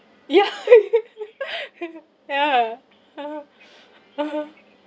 yeah yeah (uh huh) (uh huh)